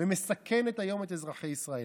ומסכנת היום את אזרחי ישראל.